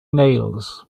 nails